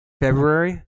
February